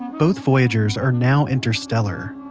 both voyagers are now interstellar.